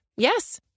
Yes